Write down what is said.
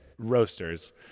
Roasters